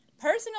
personal